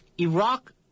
Iraq